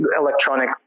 electronic